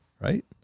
right